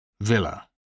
Villa